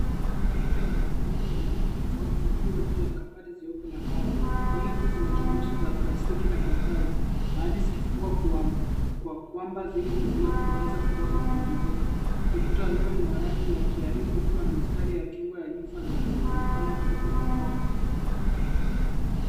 Rundo ya mafaili yenye rangi tofauti ikiwa juu ya kabati jeupe la mbao . Faili hizo zinajumuishi za plastiki na na karatasi. Baadhi zikifungwa kwa kamba ili kuzuia kurasa kutoka kuzunguka. Ukuta ni wa nyuma ni wa rangi ya krimu ukiwa na mistari na nyufa zinazoonekana karibu na mkono.